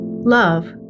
love